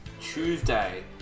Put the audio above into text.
Tuesday